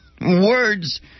Words